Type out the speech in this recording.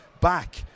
back